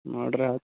ನೋಡ್ರೀ